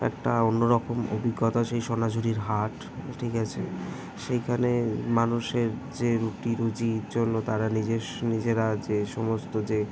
একটা অন্য রকম অভিজ্ঞতা সেই সোনাঝুরির হাট ঠিক আছে সেইখানে মানুষের যে রুটি রুজির জন্য তারা নিজেস নিজেরা যে সমস্ত যে